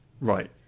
Right